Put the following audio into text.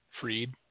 freed